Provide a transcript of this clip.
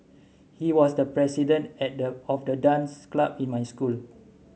he was the president at the of the dance club in my school